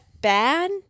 bad